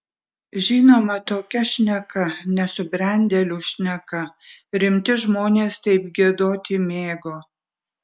žinoma tokia šneka nesubrendėlių šneka rimti žmonės taip giedoti mėgo